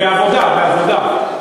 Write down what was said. בעבודה, בעבודה.